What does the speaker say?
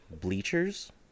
bleachers